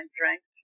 drank